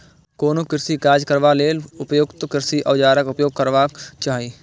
कोनो कृषि काज करबा लेल उपयुक्त कृषि औजारक उपयोग करबाक चाही